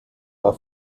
war